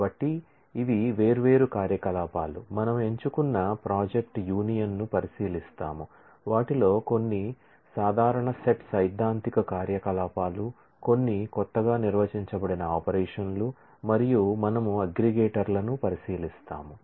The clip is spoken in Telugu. కాబట్టి ఇవి వేర్వేరు కార్యకలాపాలు మనము సెలెక్ట్ ప్రొజెక్ట్ యూనియన్ పరిశీలిస్తాము